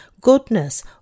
goodness